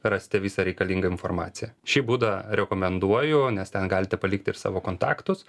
rasite visą reikalingą informaciją šį būdą rekomenduoju nes ten galite palikti savo kontaktus